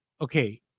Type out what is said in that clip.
okay